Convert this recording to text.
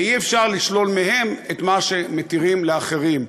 ואי-אפשר לשלול מהם את מה שמתירים לאחרים.